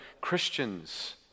Christians